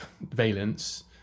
valence